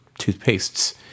toothpastes